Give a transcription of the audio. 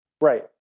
Right